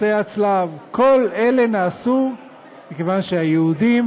מסעי הצלב כל אלה נעשו כיוון שהיהודים